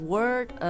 Word